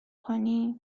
کنی